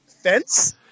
fence